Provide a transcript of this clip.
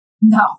No